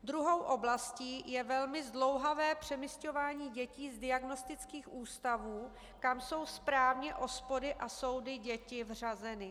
Druhou oblastí je velmi zdlouhavé přemisťování dětí z diagnostických ústavů, kam jsou správně OSPODy a soudy děti vřazeny.